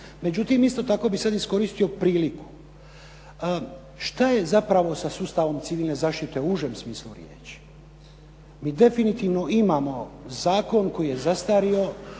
Međutim, isto tako bih sad iskoristio priliku, što je zapravo sa sustavom civilne zaštite u užem smislu riječi? Mi definitivno imamo zakon koji je zastario,